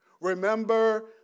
Remember